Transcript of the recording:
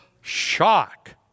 shock